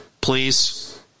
please